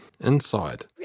Inside